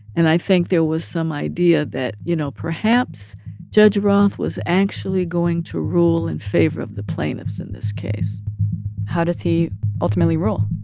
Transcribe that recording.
and i think there was some idea that, you know, perhaps judge roth was actually going to rule in favor of the plaintiffs in this case how does he ultimately rule?